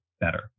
better